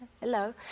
hello